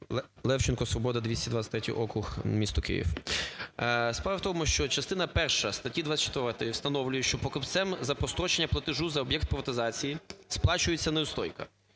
Левченко, "Свобода", 223 округ, місто Київ. Справа в тому, що частина перша статті 24 встановлює, що покупцем за прострочення платежу за об'єкт приватизації сплачується неустойка,